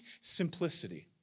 simplicity